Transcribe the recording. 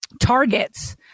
targets